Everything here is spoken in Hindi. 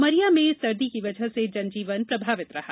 उमरिया में सर्दी की वजह से जनजीवन प्रभावित रहा